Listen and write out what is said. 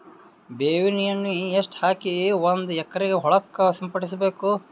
ಬೇವಿನ ಎಣ್ಣೆ ಎಷ್ಟು ಹಾಕಿ ಒಂದ ಎಕರೆಗೆ ಹೊಳಕ್ಕ ಸಿಂಪಡಸಬೇಕು?